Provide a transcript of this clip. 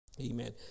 Amen